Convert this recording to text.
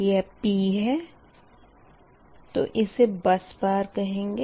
यह P है तो इसे बस बार कहेंगे